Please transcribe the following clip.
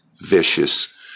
vicious